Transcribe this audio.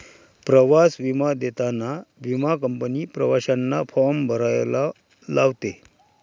प्रवास विमा देताना विमा कंपनी प्रवाशांना फॉर्म भरायला लावते